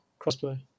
crossplay